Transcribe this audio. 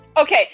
okay